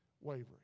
wavering